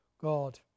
God